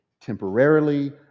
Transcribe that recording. temporarily